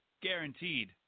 Guaranteed